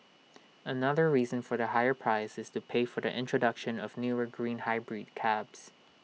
another reason for the higher price is to pay for the introduction of newer green hybrid cabs